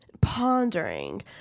pondering